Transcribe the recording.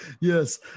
yes